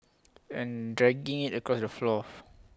and dragging IT across the floor